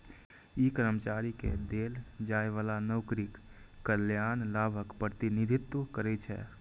ई कर्मचारी कें देल जाइ बला नौकरीक कल्याण लाभक प्रतिनिधित्व करै छै